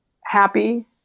happy